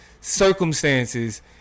circumstances